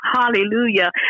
hallelujah